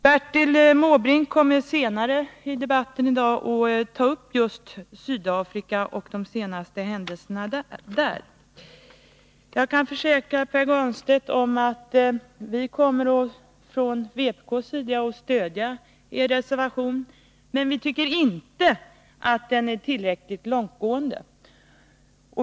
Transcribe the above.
Bertil Måbrink kommer senare i debatten att ta upp just Sydafrika och de senaste händelserna där, men jag vill försäkra Pär Granstedt om att vi från vpk:s sida kommer att stödja er reservation. Men vi tycker inte att reservationen är tillräckligt långtgående.